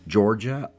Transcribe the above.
Georgia